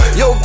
yo